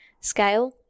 scale